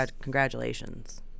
congratulations